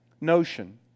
notion